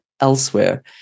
elsewhere